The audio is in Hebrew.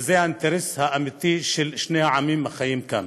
וזה האינטרס האמיתי של שני העמים החיים כאן.